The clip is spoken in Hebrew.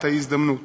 את ההזדמנות.